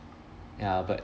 ya but